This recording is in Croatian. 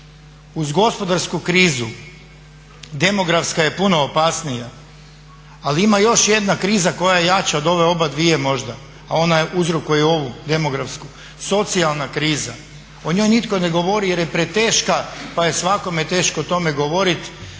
uz gospodarsku krizu demografska je puno opasnija ali ima još jedna kriza koje je jača od ove obadvije možda, a ona uzrokuje ovu demografsku, socijalna kriza. O njoj nitko ne govori jer je preteška pa je svakome teško o tome govorit.